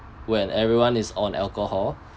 when everyone is on alcohol